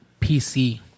PC